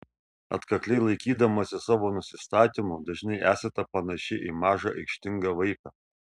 atkakliai laikydamasi savo nusistatymo dažnai esate panaši į mažą aikštingą vaiką